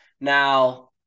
Now